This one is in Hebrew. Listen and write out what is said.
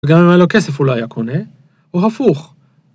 וגם אם היה לו כסף הוא לא היה קונה, או הפוך.